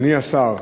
אדוני השר,